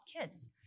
kids